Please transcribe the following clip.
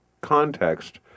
context